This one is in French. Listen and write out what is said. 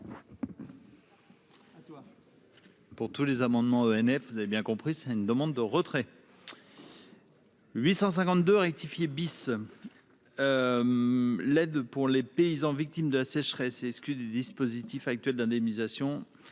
Pour tous les amendements ONF, vous avez bien compris ça, une demande de retrait. 852 rectifié bis, l'aide pour les paysans, victimes de la sécheresse et exclus du dispositif actuel d'indemnisation,